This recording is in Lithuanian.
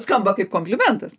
skamba kaip komplimentas